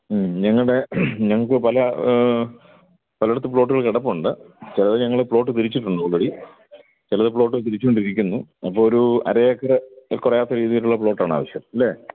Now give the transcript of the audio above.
ഞങ്ങളുടെ ഞങ്ങൾക്ക് പല പലയിടത്തും പ്ലോട്ടുകൾ കിടപ്പുണ്ട് ചിലത് ഞങ്ങൾ പ്ലോട്ട് തിരിച്ചിട്ടുണ്ട് ആൾറെഡി ചിലത് പ്ലോട്ട് തിരിച്ചു കൊണ്ടിരിക്കുന്നു അപ്പോൾ ഒരു അര ഏക്കറ് കുറയാത്ത രീതിയിലുള്ള പ്ലോട്ടാണ് ആവശ്യം അല്ലേ